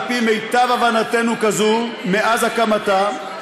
היא הייתה, על פי מיטב הבנתנו, כזאת מאז הקמתה,